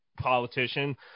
politician